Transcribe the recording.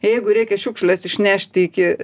jeigu reikia šiukšles išnešti iki